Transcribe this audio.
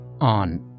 on